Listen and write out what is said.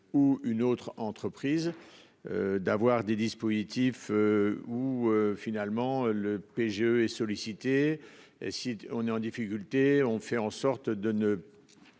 ou une autre entreprise. D'avoir des dispositifs. Où finalement le PGE et sollicité et si on est en difficulté, on fait en sorte de ne. Pas